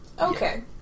Okay